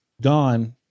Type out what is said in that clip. gone